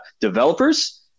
developers